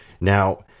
Now